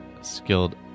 skilled